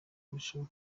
kurushaho